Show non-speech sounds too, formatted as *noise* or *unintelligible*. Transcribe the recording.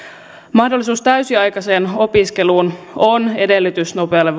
mahdollisuus täysiaikaiseen opiskeluun on edellytys nopealle *unintelligible*